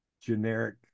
generic